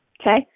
Okay